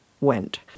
went